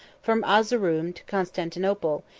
from arzeroum to constantinople,